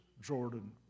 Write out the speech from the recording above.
Jordan